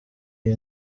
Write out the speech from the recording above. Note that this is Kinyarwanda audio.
iyi